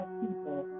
people